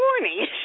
morning